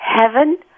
heaven